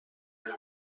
کنار